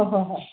ꯍꯧꯏ ꯍꯣꯏ ꯍꯣꯏ